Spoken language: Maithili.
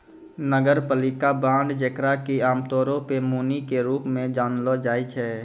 नगरपालिका बांड जेकरा कि आमतौरो पे मुनि के रूप मे जानलो जाय छै